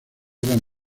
eran